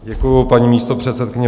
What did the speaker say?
Děkuji, paní místopředsedkyně.